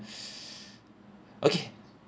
okay